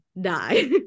die